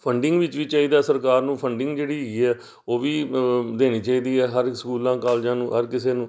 funding ਵਿੱਚ ਵੀ ਚਾਹੀਦਾ ਸਰਕਾਰ ਨੂੰ ਫੰਡਿੰਗ ਜਿਹੜੀ ਹੈਗੀ ਹੈ ਉਹ ਵੀ ਦੇਣੀ ਚਾਹੀਦੀ ਹੈ ਹਰ ਸਕੂਲਾਂ ਕਾਲਜਾਂ ਨੂੰ ਹਰ ਕਿਸੇ ਨੂੰ